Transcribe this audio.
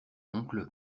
oncle